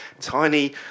tiny